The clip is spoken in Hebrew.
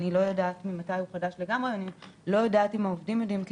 אני לא יודעת אם העובדים יודעים.